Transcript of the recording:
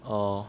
or